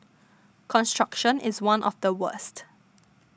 construction is one of the worst